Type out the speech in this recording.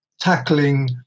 tackling